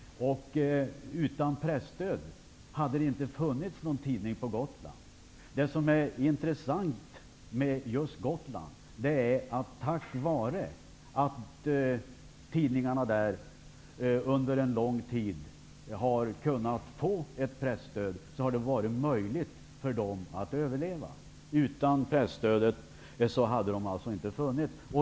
Utan presstöd hade det inte funnits någon tidning på Gotland. Det som är intressant med just Gotland är att det har varit möjligt för tidningarna där att överleva tack vare att de under en lång tid har kunnat få presstöd. Utan presstödet hade de inte funnits.